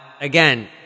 again